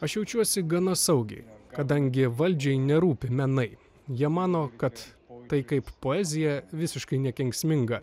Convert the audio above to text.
aš jaučiuosi gana saugiai kadangi valdžiai nerūpi menai jie mano kad tai kaip poezija visiškai nekenksminga